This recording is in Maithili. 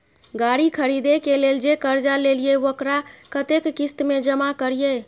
गाड़ी खरदे के लेल जे कर्जा लेलिए वकरा कतेक किस्त में जमा करिए?